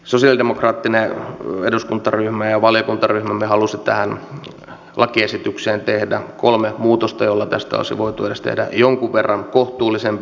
sosialidemokraattinen eduskuntaryhmämme ja valiokuntaryhmämme halusivat tähän lakiesitykseen tehdä kolme muutosta joilla tästä olisi voitu tehdä edes jonkun verran kohtuullisempi